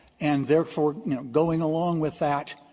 and, therefore, you know, going along with that,